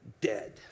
dead